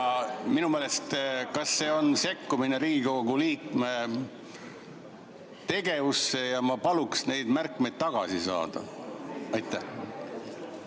Minu meelest see on sekkumine Riigikogu liikme tegevusse ja ma paluks neid märkmeid tagasi saada. Hea